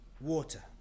water